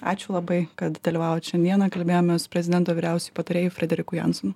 ačiū labai kad dalyvavot šiandieną kalbėjomės su prezidento vyriausiuoju patarėju frederikui jansonu